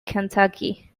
kentucky